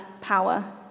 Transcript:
power